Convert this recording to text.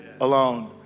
alone